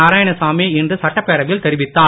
நாராயணசாமி இன்று சட்டப்பேரவையில் தெரிவித்தார்